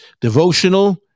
devotional